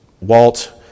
Walt